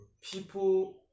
People